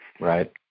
Right